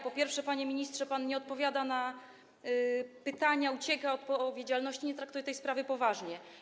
Po pierwsze, panie ministrze, pan nie odpowiada na pytania, ucieka od odpowiedzialności, nie traktuje tej sprawy poważnie.